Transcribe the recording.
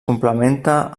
complementa